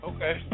Okay